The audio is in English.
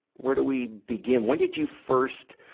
where do we begin? when did you first,